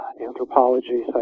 anthropology